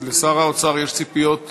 לשר האוצר יש ציפיות ממך,